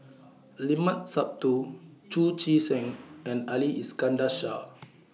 The Limat Sabtu Chu Chee Seng and Ali Iskandar Shah